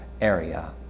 area